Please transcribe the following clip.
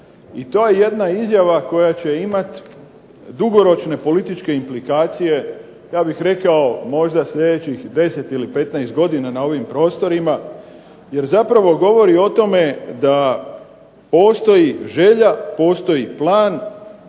i to je jedna izjava koja će imati dugoročne političke implikacije, ja bih rekao možda sljedećih 10 ili 15 godina na ovim prostorima, jer zapravo govori o tome da postoji želja, postoji plan